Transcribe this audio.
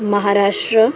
Maharashtra